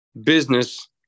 business